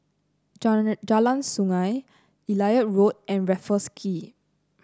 Jalan Sungei Elliot Road and Raffles Quay